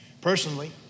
Personally